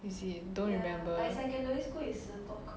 is it don't remember